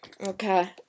Okay